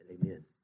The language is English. Amen